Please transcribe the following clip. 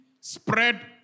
spread